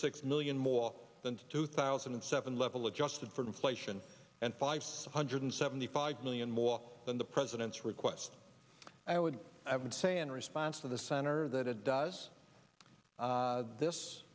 six million more than two thousand and seven level adjusted for inflation and five hundred seventy five million more than the president's request i would say in response to the center that it does this